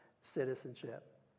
citizenship